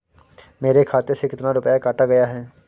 मेरे खाते से कितना रुपया काटा गया है?